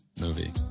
movie